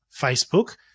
Facebook